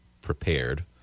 prepared